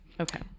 Okay